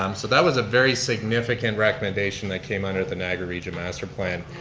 um so that was a very significant recommendation that came under the niagara region master plan.